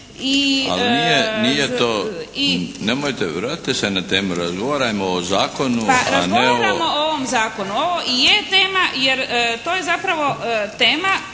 Ali nije to, nemojte, vratite se na temu. Razgovarajmo o zakonu, a ne o…